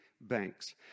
Banks